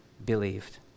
believed